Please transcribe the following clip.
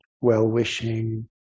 well-wishing